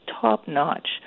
top-notch